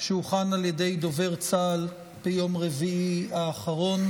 שהוכן על ידי דובר צה"ל ביום רביעי האחרון,